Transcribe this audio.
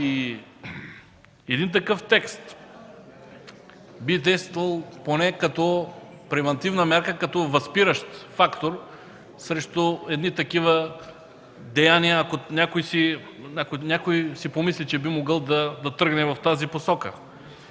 Един такъв текст би действал поне като превантивна мярка, като възпиращ фактор срещу такива деяния, ако някой си помисли, че би могъл да тръгне в тази посока.